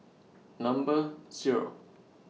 Number Zero